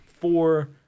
four